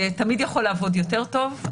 זה תמיד יכול לעבוד יותר טוב,